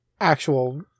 actual